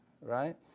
right